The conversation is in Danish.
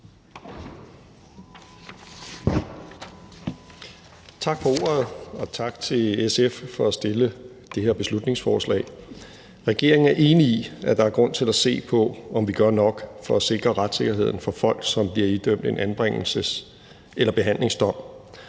Tak for ordet, og tak til SF for at fremsætte det her beslutningsforslag. Regeringen er enig i, at der er grund til at se på, om vi gør nok for at sikre retssikkerheden for folk, som bliver idømt en anbringelses- eller behandlingsdom.